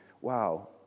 wow